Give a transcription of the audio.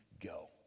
go